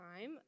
time